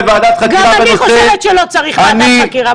ועדת חקירה בנושא --- גם אני חושבת שלא צריך ועדת חקירה,